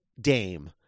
Dame